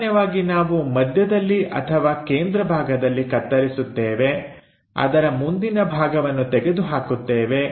ಸಾಮಾನ್ಯವಾಗಿ ನಾವು ಮಧ್ಯದಲ್ಲಿ ಅಥವಾ ಕೇಂದ್ರಭಾಗದಲ್ಲಿ ಕತ್ತರಿಸುತ್ತೇವೆ ಅದರ ಮುಂದಿನ ಭಾಗವನ್ನು ತೆಗೆದು ಹಾಕುತ್ತೇವೆ